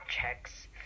checks